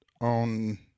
on